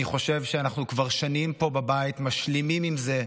אני חושב שאנחנו כבר שנים פה בבית משלימים עם זה,